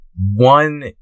One